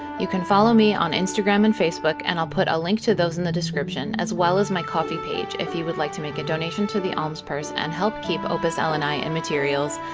you can follow me on instagram and facebook and i'll put a link to those in the description, as well as my ko-fi page if you'd like to make a donation to the alms purse and help keep opus elenae in and materials,